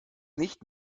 nicht